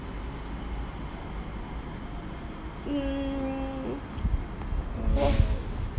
mm